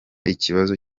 ikibazo